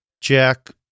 Jack